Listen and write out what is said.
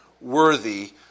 worthy